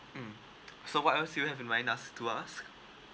mm so what else you have in mind ask ask to us